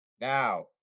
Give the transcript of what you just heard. Now